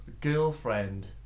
girlfriend